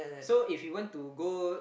so if you want to go